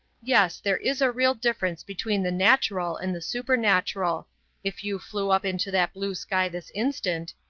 yes, there is a real difference between the natural and the supernatural if you flew up into that blue sky this instant,